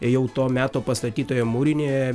jau to meto pastatytoje mūrinėje